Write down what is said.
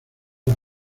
las